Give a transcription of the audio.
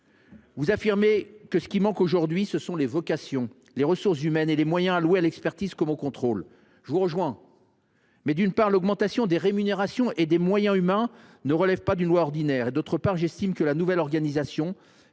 vous affirmez que ce qui manque aujourd’hui, ce sont les vocations, les ressources humaines et les moyens alloués à l’expertise comme au contrôle. Je vous rejoins sur ce point. Reste que l’augmentation des rémunérations et des moyens humains ne relève pas d’une loi ordinaire. Par ailleurs, je considère que la nouvelle organisation